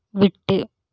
விட்டு